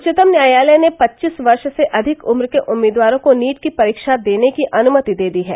उच्चतम न्यायालय ने पच्चीस वर्ष से अधिक उम्र के उम्मीदवारों को नीट की परीक्षा देने की अनुमति दे दी है